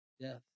Death